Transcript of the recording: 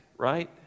Right